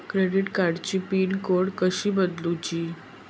Credit कार्डची pin code कसो बदलुचा?